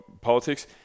politics